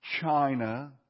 China